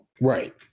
Right